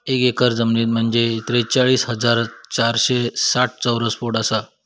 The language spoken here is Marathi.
एक एकर जमीन म्हंजे त्रेचाळीस हजार पाचशे साठ चौरस फूट आसा